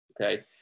Okay